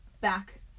back